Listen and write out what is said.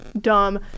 Dumb